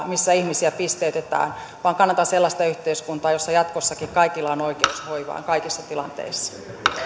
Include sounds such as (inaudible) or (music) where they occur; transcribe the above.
(unintelligible) missä ihmisiä pisteytetään vaan kannatan sellaista yhteiskuntaa jossa jatkossakin kaikilla on oikeus hoivaan kaikissa tilanteissa